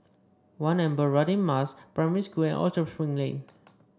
One Amber Radin Mas Primary School and Orchard Spring Lane